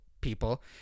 people